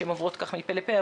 כשהן עוברות כך מפה לפה.